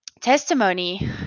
testimony